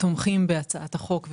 אנחנו תומכים בהצעת החוק.